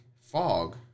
fog